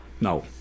No